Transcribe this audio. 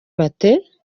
bate